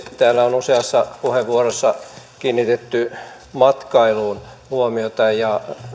täällä on useassa puheenvuorossa kiinnitetty huomiota matkailuun ja